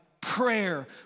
Prayer